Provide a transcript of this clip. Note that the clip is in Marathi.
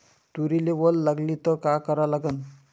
तुरीले वल लागली त का करा लागन?